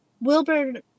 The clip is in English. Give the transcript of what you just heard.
Wilbur